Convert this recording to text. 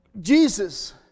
Jesus